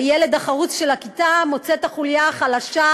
הילד החרוץ של הכיתה מוצא את החוליה החלשה,